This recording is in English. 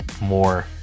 more